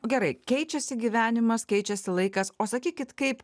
gerai keičiasi gyvenimas keičiasi laikas o sakykit kaip